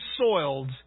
soiled